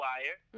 Wire